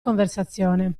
conversazione